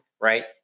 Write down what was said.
right